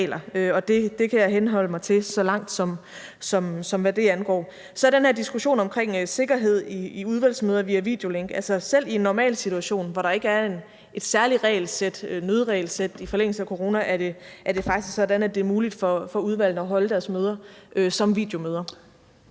det kan jeg henholde mig til, så langt som hvad det angår. Så er der den her diskussion om sikkerhed i udvalgsmøder via videolink. Altså, selv i en normal situation, hvor der ikke er et særligt møderegelsæt i forlængelse af coronaen, er det faktisk sådan, at det er muligt for udvalgene at holde deres møder som videomøder.